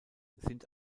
sind